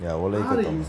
ya wallet 一个洞